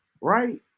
right